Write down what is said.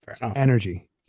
energy